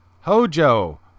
Hojo